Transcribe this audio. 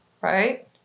right